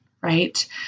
right